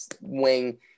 wing